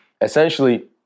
essentially